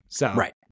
Right